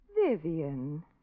Vivian